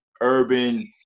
urban